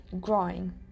growing